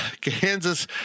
Kansas